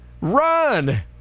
run